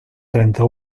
trenta